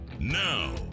Now